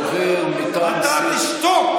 לבן, אתה תשתוק.